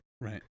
Right